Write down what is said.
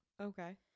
Okay